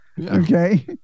Okay